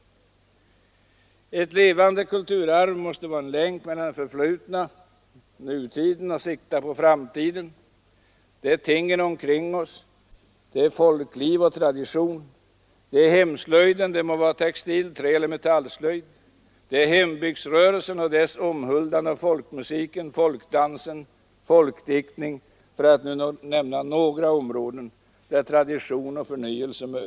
Ett levande kulturarv måste vara en länk mellan det förflutna och nutiden och sikta på framtiden. Vårt kulturarv är tingen omkring oss. Det är folkliv och tradition. Det är hemslöjd, det må vara textil-, träeller Nr 88 metallslöjd. Det är hem bygdsrörelsen och dess omhuldande av folkmusik, folkdans och folkdiktning, för att nämna några områden där tradition Onsdagen den och förnyelse möts.